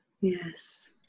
Yes